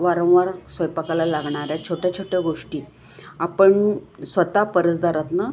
वारंवार स्वयंपाकाला लागणाऱ्या छोट्या छोट्या गोष्टी आपण स्वता परसदरातनं